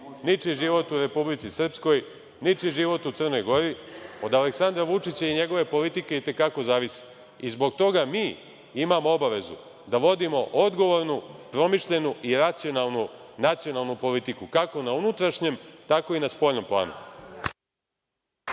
ničiji život u Republici Srpskoj, ničiji život u Crnoj Gori, a od Aleksandra Vučića i njegove politike i te kako zavisi. Zbog toga mi imamo obavezu da vodimo odgovornu, promišljenu i racionalnu, nacionalnu politiku, kako na unutrašnjem tako i na spoljnom planu.